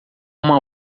uma